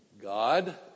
God